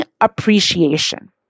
appreciation